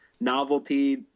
novelty